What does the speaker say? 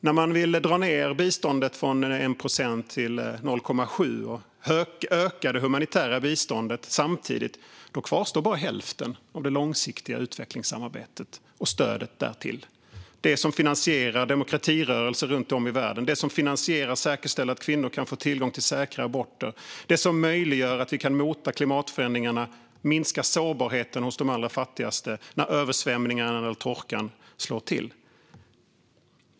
När man vill dra ned biståndet från 1 procent till 0,7 procent och samtidigt öka det humanitära biståndet kvarstår bara hälften av det långsiktiga utvecklingssamarbetet och stödet därtill - det som finansierar demokratirörelser runt om i världen, det som finansierar och säkerställer att kvinnor kan få tillgång till säkra aborter och det som möjliggör att vi kan mota klimatförändringarna och minska sårbarheten hos de allra fattigaste när översvämningarna eller torkan slår till.